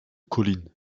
collines